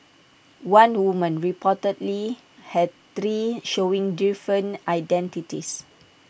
one woman reportedly had three showing different identities